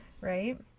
right